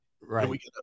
Right